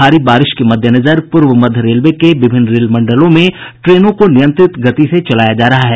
भारी बारिश के मद्देनजर पूर्व मध्य रेलवे के विभिन्न रेल मंडलों में ट्रेनों को नियंत्रित गति से चलाया जा रहा है